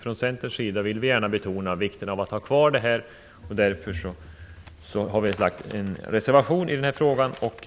Från Centerns sida vill vi gärna betona vikten av att ha kvar den här förbindelsen. Därför har vi en reservation.